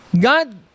God